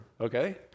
Okay